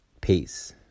Peace